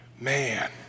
man